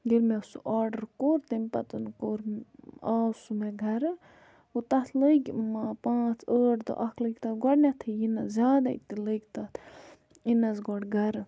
ییٚلہِ مےٚ سُہ آرڈَر کوٚر تمہِ پَتَن کوٚر آو سُہ مےٚ گَرٕ گوٚو تَتھ لٔگۍ پانٛژھ ٲٹھ دۄہ اَکھ لٔگۍ تَتھ گۄڈٕنٮ۪تھٕے یِنَس زیادَے تہِ لٔگۍ تَتھ یِنَس گۄڈٕ گَرٕ